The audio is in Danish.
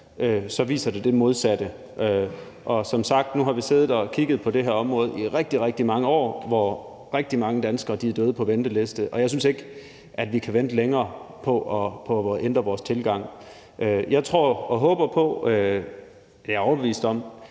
så viser den det modsatte. Og som sagt har vi nu siddet og kigget på det her område i rigtig, rigtig mange år, hvor rigtig mange danskere på venteliste er døde, og jeg synes ikke, at vi kan vente længere med at ændre vores tilgang. Jeg tror og håber på, ja, jeg er overbevist om,